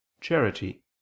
charity